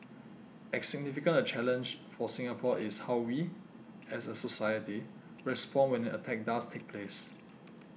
as significant a challenge for Singapore is how we as a society respond when an attack does take place